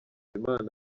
imana